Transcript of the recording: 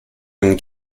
and